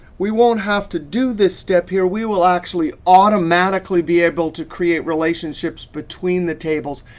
we won't have to do this step here. we will actually automatically be able to create relationships between the tables.